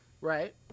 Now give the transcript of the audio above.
right